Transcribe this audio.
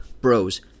Bros